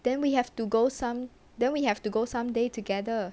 then we have to go some then we have to go some day together